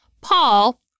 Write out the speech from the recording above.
Paul